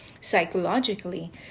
psychologically